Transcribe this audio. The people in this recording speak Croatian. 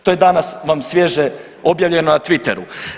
To je danas vam svježe objavljeno na Twitteru.